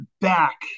back